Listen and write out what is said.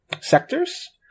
sectors